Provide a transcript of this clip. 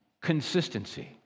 consistency